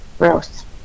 gross